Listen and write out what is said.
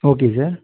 okay sir